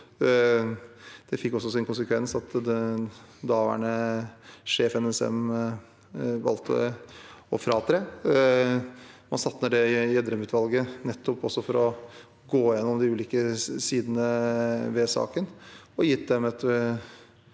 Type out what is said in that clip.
Det fikk også sin konsekvens i at daværende sjef i NSM valgte å fratre. Man satte ned Gjedrem-utvalget nettopp for å gå gjennom de ulike sidene ved saken, og man har gitt dem et